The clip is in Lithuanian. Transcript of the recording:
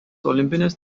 olimpinis